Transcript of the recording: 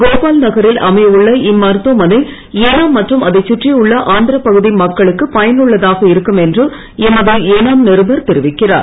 கோபால் நகரில் அமையவுள்ள இம் மருத்துவமனை ஏனாம் மற்றும் அதைச் சுற்றியுள்ள ஆந்திரப் பகுதி மக்களக்கு பயன் உள்ளதனாக இருக்கும் என்று எமது ஏனாம் நிருபர் தெரிவிக்கிறார்